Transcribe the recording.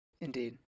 Indeed